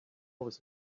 was